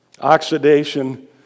oxidation